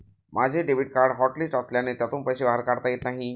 माझे debit card hotlist असल्याने त्यातून पैसे बाहेर येत नाही